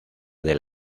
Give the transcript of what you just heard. del